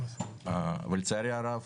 לצערי הרב,